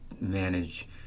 manage